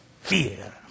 fear